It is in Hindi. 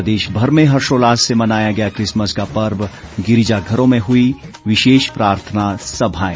प्रदेश भर में हर्षोल्लास से मनाया गया क्रिसमस का पर्व गिरिजाघरों में हुईं विशेष प्रार्थना सभाएं